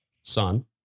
son